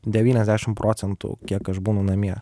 devyniasdešim procentų kiek aš būnu namie